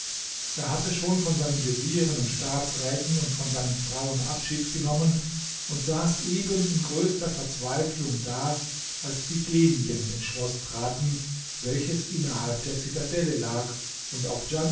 er hatte schon von seinen vezieren und staatsräten und von seinen frauen abschied genommen und saß eben in größter verzweiflung da als die genien ins schloß traten welches innerhalb der zitadelle lag und auf